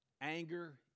Anger